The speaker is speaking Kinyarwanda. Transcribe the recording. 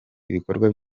ibikorwa